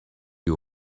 you